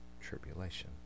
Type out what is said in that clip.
tribulation